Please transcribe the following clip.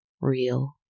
real